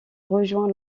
rejoint